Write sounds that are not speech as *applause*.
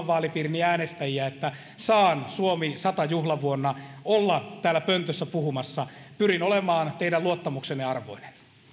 *unintelligible* vaalipiirini äänestäjiä että saan suomi sata juhlavuonna olla täällä pöntössä puhumassa pyrin olemaan teidän luottamuksenne arvoinen